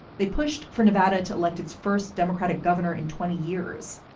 they pushed for nevada to elect its first democratic governor in twenty years.